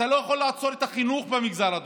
אתה לא יכול לעצור את החינוך במגזר הדרוזי,